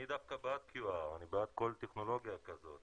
אני דווקא בעד QR. אני בעד כל טכנולוגיה כזאת.